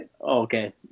okay